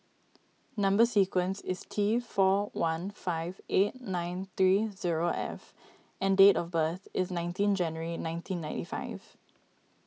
Number Sequence is T four one five eight nine three zero F and date of birth is nineteen January nineteen ninety five